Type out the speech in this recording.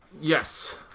Yes